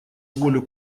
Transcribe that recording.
волю